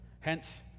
Hence